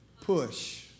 Push